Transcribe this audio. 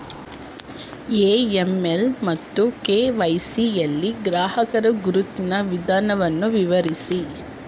AML ಮತ್ತು KYC ಯಲ್ಲಿ ಗ್ರಾಹಕರ ಗುರುತಿನ ವಿಧಾನವನ್ನು ವಿವರಿಸಿ?